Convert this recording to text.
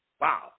Wow